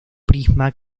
prisma